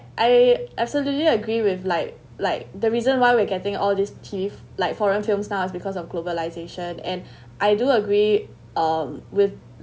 I absolutely agree with like like the reason why we're getting all these tiff like foreign film stars because of globalisation and I do agree um with